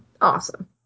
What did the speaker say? awesome